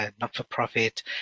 not-for-profit